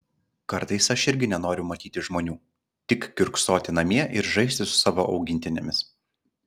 kartais aš irgi nenoriu matyti žmonių tik kiurksoti namie ir žaisti su savo augintinėmis